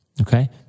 Okay